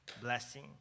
blessing